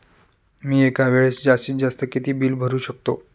मी एका वेळेस जास्तीत जास्त किती बिल भरू शकतो?